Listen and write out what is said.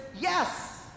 yes